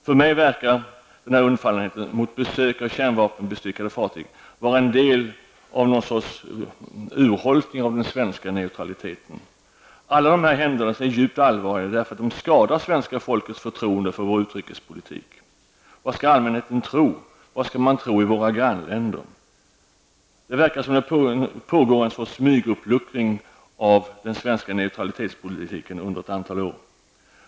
För mig verkar undfallenheten mot besök av kärnvapenbestyckade fartyg vara en del av någon sorts urholkning av den svenska neutraliteten. Alla dessa händelser är djupt allvarliga därför att de skadar svenska folkets förtroende för vår utrikespolitik. Vad skall allmänheten tro? Vad skall man tro i våra grannländer? Det verkar som om det har pågått en smyguppluckring av den svenska neutralitetspolitiken under ett antal år.